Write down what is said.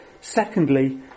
Secondly